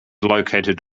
located